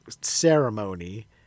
ceremony